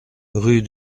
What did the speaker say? rue